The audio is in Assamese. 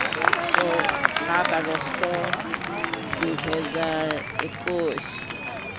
ছয় সাত আগষ্ট দুহেজাৰ একৈছ